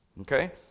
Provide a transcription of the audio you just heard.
Okay